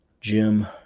Jim